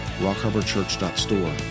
rockharborchurch.store